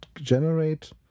generate